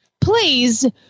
Please